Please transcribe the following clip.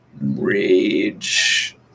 rage